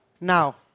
Now